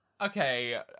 Okay